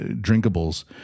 drinkables